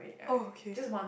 oh okay